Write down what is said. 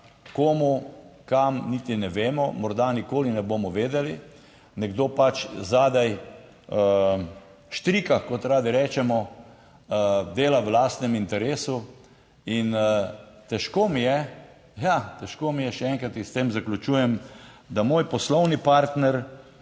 komu kam, niti ne vemo, morda nikoli ne bomo vedeli, nekdo pač zadaj štrika, kot radi rečemo, dela v lastnem interesu in težko mi je, ja, težko mi je, še enkrat in s tem zaključujem, da moj poslovni partner